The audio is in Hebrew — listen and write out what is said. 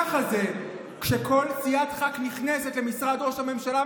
ככה זה כשכל סיעת ח"כ נכנסת למשרד ראש הממשלה,